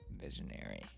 visionary